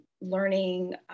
learning